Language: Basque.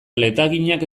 letaginak